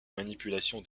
manipulation